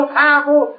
powerful